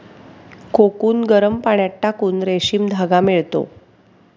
cocoon गरम पाण्यात टाकून रेशीम धागा मिळतो